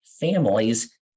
families